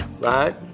Right